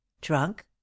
Trunk